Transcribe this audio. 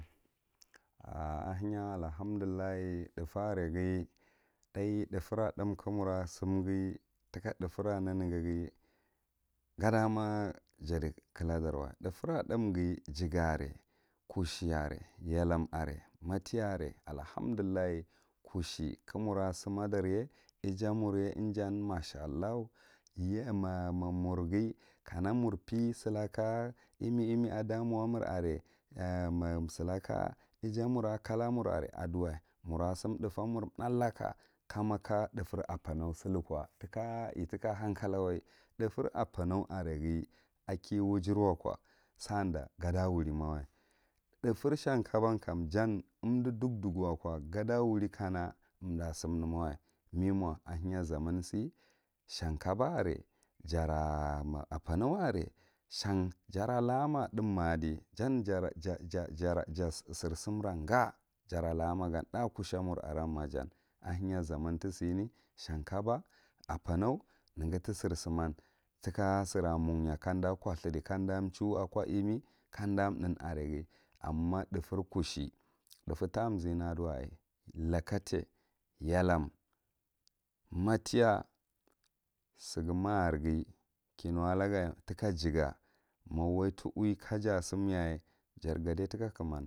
A ahanya allahamdullah thufe are ghi, thay thum ka moura simghi tika thuferra neneghu, gadama dadi kladar wa, thufera thum ghi, jaga are matiya are allahamdullah, kushe ka mur simaɗarge, ija murye ijan mashallahu ma murgha ka mur pey silaka ija mur adama mur are aduwa mura sin thufee mur thu laka, kama ka thufe apamo siluko tika itika hankalawi thufe apano are ghi sada kiwujir wakow sada gaɗa wuri mawa, thufer shan kabon kam jam umdu duk, ɗukh wako gada wuri kana umda sumninawa, mm emo ahenya zaman si shan kobo apano neghi tisir suman tika sira munyeh kaɗa ko thyhɗi kanda thuwa akoyimi kamda nlhahn are ghi, amma thufer kushe thufe ta zhayna adiwa, lakatai, yalon, matiya sighi makirghi kinuwa laga tika jaga ma wai ti uwi ka jasim yaye jar gaɗai ti uwi ka. Jasim yaye jar gaɗai tika kuman.